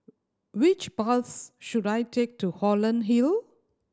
which bus should I take to Holland Hill